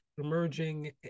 emerging